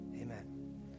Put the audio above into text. Amen